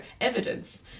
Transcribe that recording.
evidence